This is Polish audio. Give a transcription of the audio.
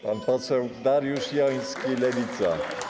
Pan poseł Dariusz Joński, Lewica.